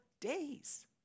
days